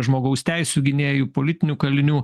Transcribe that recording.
žmogaus teisių gynėjų politinių kalinių